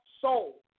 soul